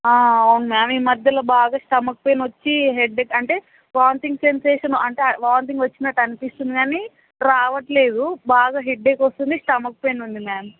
అవును మ్యామ్ ఈ మధ్యలో బాగా స్టమక్ పెయిన్ వచ్చి హెడేక్ అంటే వామిటింగ్ సెన్సేషన్ అంటే వామిటింగ్ వచ్చినట్టు అనిపిస్తుంది కానీ రావట్లేదు బాగా హెడేక్ వస్తుంది స్టమక్ పెయిన్ ఉంది మ్యామ్